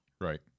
right